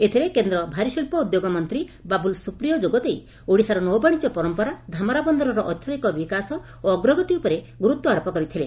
ଏଥିରେ କେନ୍ଦ୍ର ଭାରିଶିକ୍କ ଉଦ୍ୟୋଗ ମନ୍ତୀ ବାବୁଲ ସୁପ୍ରିୟୋ ଯୋଗଦେଇ ଓଡ଼ିଶାର ନୌବାଶିଜ୍ୟ ପରମ୍ପରା ଧାମରା ବନ୍ଦରର ଅର୍ଥନୈତିକ ବିକାଶ ଓ ଅଗ୍ରଗତି ଉପରେ ଗୁରୁତ୍ୱାରୋପ କରିଥିଲେ